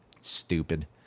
stupid